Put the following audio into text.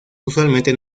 usualmente